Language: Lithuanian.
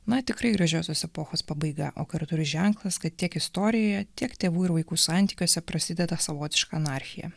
na tikrai gražiosios epochos pabaiga o kartu ir ženklas kad tiek istorijoje tiek tėvų ir vaikų santykiuose prasideda savotiška anarchija